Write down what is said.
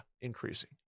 increasing